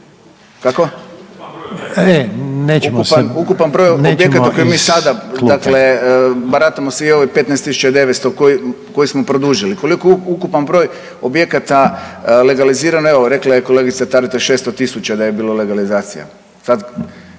Ukupan broj objekata koji mi sada dakle baratamo sa ovim 15 tisuća i 900 koji smo produžili. Koliko je ukupan broj objekata legalizirano, evo rekla je kolegica Taritaš 600 tisuća da je bilo legalizacija.